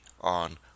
on